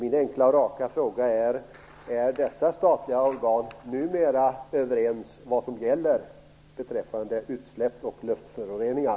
Min enkla och raka fråga är: Är dessa statliga organ numera överens om vad som gäller beträffande utsläpp och luftföroreningar?